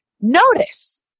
Notice